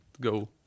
go